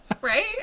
right